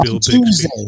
Tuesday